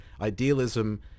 Idealism